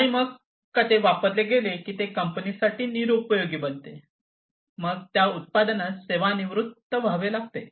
आणि मग एकदा ते वापरले गेले की ते कंपनीसाठी निरुपयोगी बनते मग त्या उत्पादनास सेवानिवृत्त व्हावे लागते